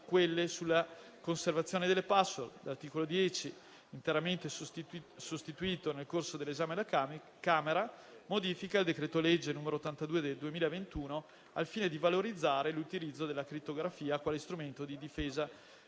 e che non contengano vulnerabilità note. L'articolo 10, interamente sostituito nel corso dell'esame alla Camera, modifica il decreto-legge n. 82 del 2021, al fine di valorizzare l'utilizzo della crittografia quale strumento di difesa